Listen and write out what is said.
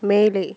மேலே